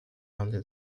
only